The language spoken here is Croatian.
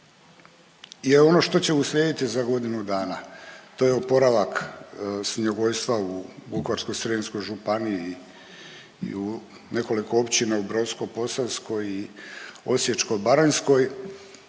je ono što će uslijediti za godinu dana. To je oporavak svinjogojstva u Vukovarsko-srijemskoj županiji i u nekoliko općina u Brodsko-posavskoj i Osječko-baranjskoj.